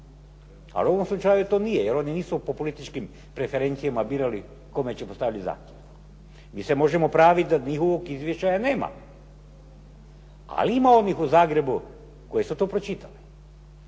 ali u ovom slučaju to nije, jer one nisu po političkim preferencijama birali kome će postavljati zahtjev. Mi se možemo praviti da njihovog izvješća nema, ali ima onih u Zagrebu koji su to pročitali